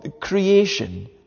creation